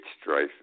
strife